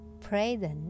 present